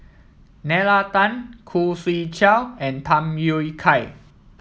Nalla Tan Khoo Swee Chiow and Tham Yui Kai